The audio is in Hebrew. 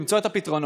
למצוא את הפתרונות,